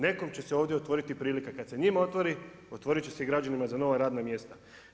Nekom će se ovdje otvoriti prilika, kada se njima otvorili otvorit će se građanima za nova radna mjesta.